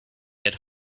had